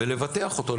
ולבטח אותו,